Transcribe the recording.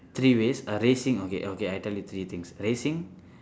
three ways racing okay okay I tell you three things racing